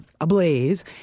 ablaze